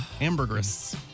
Ambergris